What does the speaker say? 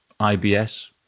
IBS